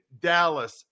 Dallas